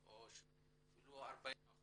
ואפילו לא יהיה 40%,